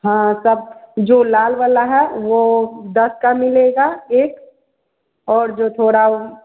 हाँ सब जो लाल वाला है वह दस का मिलेगा एक और जो थोड़ा